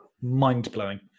Mind-blowing